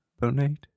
donate